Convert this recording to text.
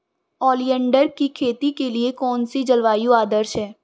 Oleander की खेती के लिए कौन सी जलवायु आदर्श है?